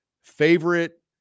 Favorite